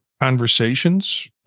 conversations